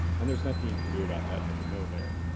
and there's nothing you can do about that at the node layer.